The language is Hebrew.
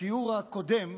בשיעור הקודם,